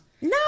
no